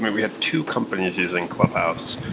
we we had two companies using clubhouse,